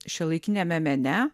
šiuolaikiniame mene